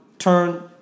turn